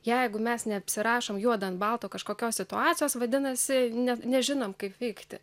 jeigu mes nepasirašom juodu ant balto kažkokios situacijos vadinasi ne nežinom kaip veikti